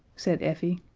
said effie.